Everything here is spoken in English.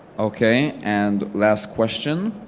okay, and last question.